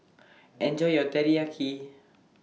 Enjoy your Teriyaki